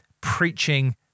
preaching